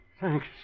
Thanks